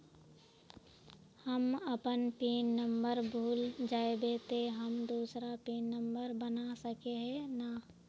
हम अपन pin number भूल जयबे ते हम दूसरा पिन नंबर बना सके है नय?